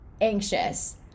anxious